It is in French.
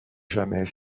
jamais